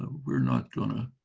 ah we're not gonna